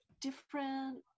different